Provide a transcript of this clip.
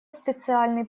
специальный